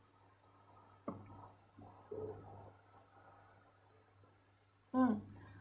mm